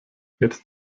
jetzt